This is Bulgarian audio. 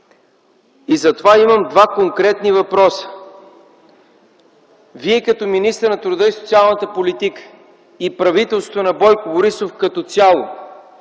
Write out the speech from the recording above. Затова имам два конкретни въпроса: Вие като министър на труда и социалната политика и правителството на Бойко Борисов като цяло,